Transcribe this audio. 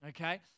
Okay